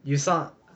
we sound